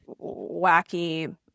wacky